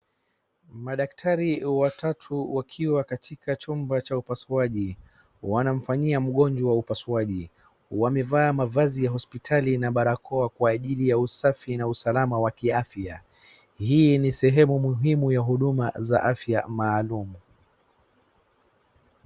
Madkatari watatu wakiwa katika chumba cha upasuaji, wanamfanyia mgonjwa upasuaji wamevaa mavazi ya hospitali na barakoa kwa ajili ya usafi na usalama wa kiafya. Hii ni sehemu muhimu ya huduma za afya maalum